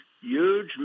huge